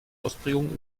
ausprägung